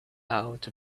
out